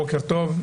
בוקר טוב.